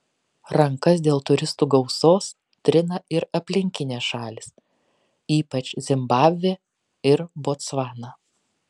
rankas dėl turistų gausos trina ir aplinkinės šalys ypač zimbabvė ir botsvana